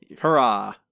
Hurrah